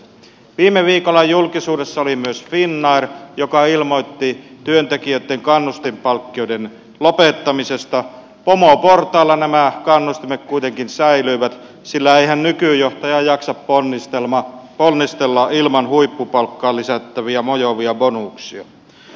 viime viikolla julkisuudessa oli myös finnair joka ilmoitti työntekijöitten kannustinpalkkioiden lopettamisesta pomoportaalla nämä kannustimet kuitenkin säilyivät sillä eihän nykyjohtaja jaksa ponnistella ilman huippupalkkaan lisättäviä mojovia bonuksia